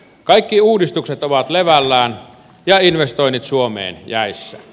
kaikki uudistukset ovat levällään ja investoinnit suomeen jäissä